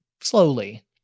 slowly